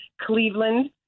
Cleveland